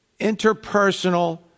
interpersonal